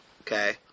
Okay